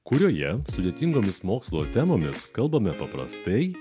kurioje sudėtingomis mokslo temomis kalbame paprastai